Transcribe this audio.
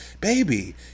baby